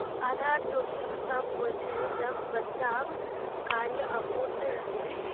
आधार जोखिम तब होइ छै, जब बचाव कार्य अपूर्ण रहै छै